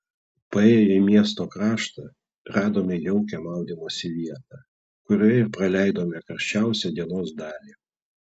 paėję į miesto kraštą radome jaukią maudymosi vietą kurioje ir praleidome karščiausią dienos dalį